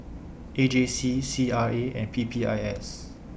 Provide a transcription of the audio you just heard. A J C C R A and P P I S